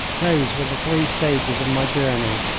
those were the three stages of my journey.